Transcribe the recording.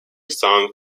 song